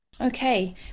Okay